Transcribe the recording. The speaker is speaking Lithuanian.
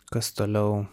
kas toliau